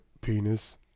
penis